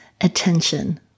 attention